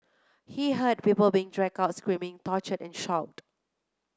he heard people being dragged out screaming tortured and shot